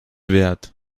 wert